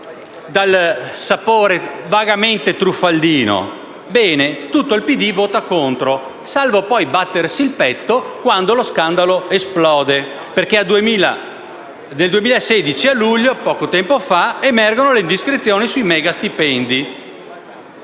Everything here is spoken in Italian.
dal sapore vagamente truffaldino, tutto il Partito Democratico vota contro, salvo poi battersi il petto quando lo scandalo esplode. Nel luglio 2016 infatti, poco tempo fa, emergono le indiscrezioni sui mega stipendi.